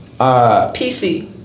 PC